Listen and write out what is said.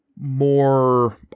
more